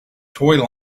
toy